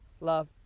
love